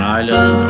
island